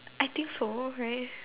I think so right